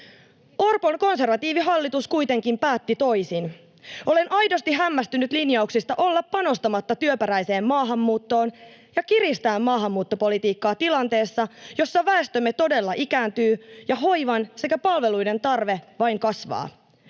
Orpon konservatiivihallitus kuitenkin päätti toisin. Olen aidosti hämmästynyt linjauksista olla panostamatta työperäiseen maahanmuuttoon ja kiristää maahanmuuttopolitiikkaa tilanteessa, jossa väestömme todella ikääntyy ja hoivan sekä palveluiden tarve vain kasvaa,